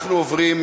אנחנו עוברים,